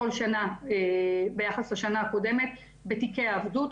כל שנה ביחס לשנה הקודמת בתיקי העבדות.